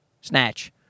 snatch